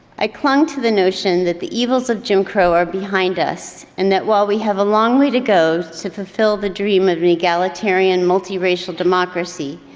i clung to the notion that the evils of jim crow are behind us and that while we have a long way to go to fulfill the dream of an egalitarian multiracial democracy,